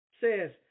Says